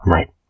Right